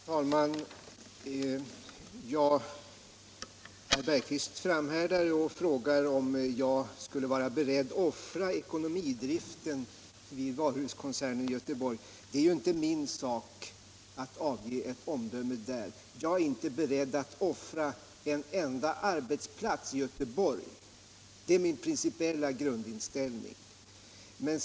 Herr talman! Herr Jan Bergqvist i Göteborg framhärdar och frågar återigen om jag skulle vara beredd att offra ekonomidriften vid den här varuhuskoncernen i Göteborg. Det är inte min sak att avge ett omdöme i det fallet. Jag är inte beredd att offra en enda arbetsplats i Göteborg — det är min principiella inställning.